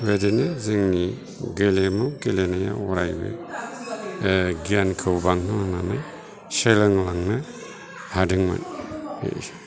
बिदिनो जोंनि गेलेमु गेलेनायाव अरायबो गियानखौ बांहोलांनो सोलोंलांनो हादोंमोन